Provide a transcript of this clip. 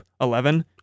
Eleven